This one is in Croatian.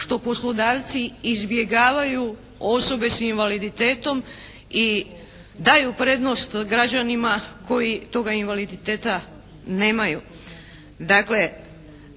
što poslodavci izbjegavaju osobe s invaliditetom i daju prednost građanima koji toga invaliditeta nemaju.